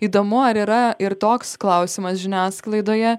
įdomu ar yra ir toks klausimas žiniasklaidoje